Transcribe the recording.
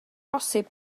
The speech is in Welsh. bosibl